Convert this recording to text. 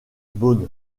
bonn